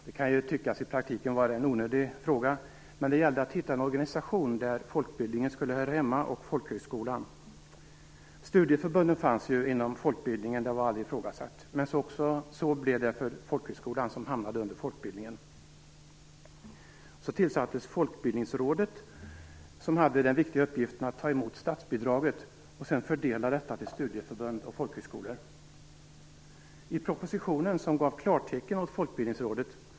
Det kan tyckas vara en onödig fråga i praktiken, men det gällde att hitta en organisation där folkbildningen och folkhögskolan skulle höra hemma. Studieförbunden fanns inom folkbildningen - det var aldrig ifrågasatt. Och så blev det också för folkhögskolan, som hamnade under folkbildningen. Folkbildningsrådet tillsattes. Det hade den viktiga uppgiften att ta emot statsbidraget och sedan fördela det till studieförbund och folkhögskolor. Folkbildningsrådet.